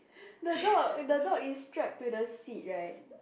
eh the dog the dog is strap to the seat right